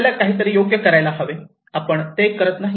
आपल्याला काहीतरी योग्य करायला हवे आपण ते करत नाही